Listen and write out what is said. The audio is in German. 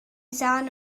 sahne